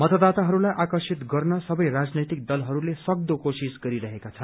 मतदाताहरूलाई आकर्षित गर्न सबै राजनैतिक दलहस्ले सक्दो कोशिश गरिरहेका छन्